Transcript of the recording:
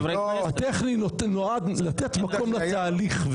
הטכני נועד לתת מקום לתהליך.